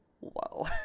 whoa